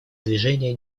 движения